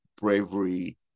bravery